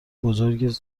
بزرگتری